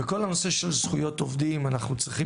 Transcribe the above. בכל הנושא של זכויות העובדים אנחנו צריכים